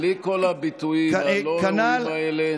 בלי כל הביטויים הלא-ראויים האלה,